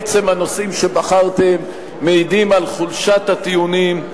עצם הנושאים שבחרתם מעידים על חולשת הטיעונים,